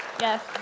yes